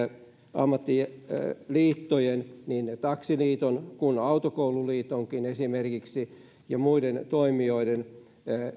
ammattiliittojen niin taksiliiton kuin autokoululiitonkin esimerkiksi ja muiden toimijoiden